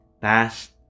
past